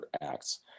acts